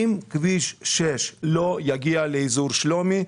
אם כביש 6 לא יגיע לאזור שלומי,